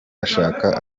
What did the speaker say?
ashaka